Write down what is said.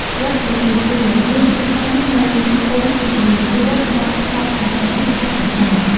វត្តវិហារសួរ មានទីតាំងនៅឃុំវិហារសួរ ស្រុកខ្សាច់កណ្ដាល ខេត្តកណ្ដាល។